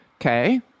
okay